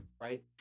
Right